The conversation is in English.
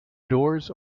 doors